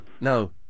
no